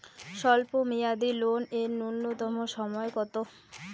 স্বল্প মেয়াদী লোন এর নূন্যতম সময় কতো?